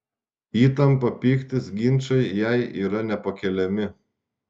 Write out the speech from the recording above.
įtampa pyktis ginčai jai yra nepakeliami